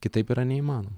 kitaip yra neįmanoma